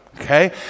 Okay